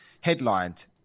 headlined